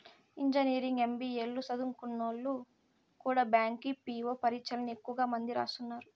engineering, MBA లు సదుంకున్నోల్లు కూడా బ్యాంకి పీ.వో పరీచ్చల్ని ఎక్కువ మంది రాస్తున్నారు